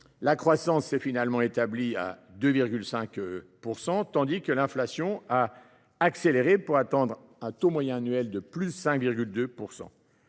La croissance s’est finalement établie à 2,5 %, tandis que l’inflation a nettement accéléré, pour atteindre un taux moyen annuel de 5,2 %.